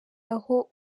aho